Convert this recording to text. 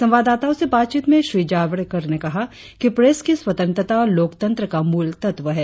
संवाददाताओं से बातचीत ने श्री जावड़ेकर ने कहा कि प्रेस की स्वतंत्रता लोकतंत्र का मूलतत्व है